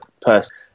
person